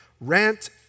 Rant